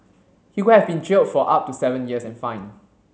he could have been jailed for up to seven years and fined